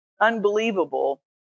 unbelievable